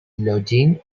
lodging